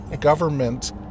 government